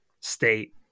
state